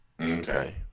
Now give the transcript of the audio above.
Okay